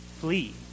Flee